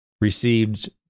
received